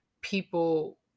people